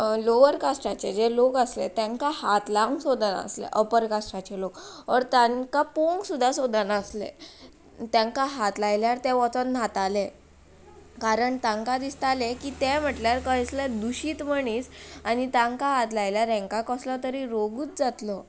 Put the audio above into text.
lower कास्टाचे जे लोक आसले तेंकां हात लावंक सोदनासले अपर कास्टाचे लोक अर्दें तांकां पळोंक सुद्दां नासले तेंकां हात लायल्यार ते वचोन न्हाताले कारण तांकां दिसतालें की ते म्हटल्यार कसले दुशीत मणीस आनी तांकां हात लायल्यार हेंकां कसलो तरी रोगूच जातलो